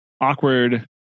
awkward